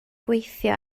gweithio